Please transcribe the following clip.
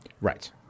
Right